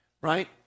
Right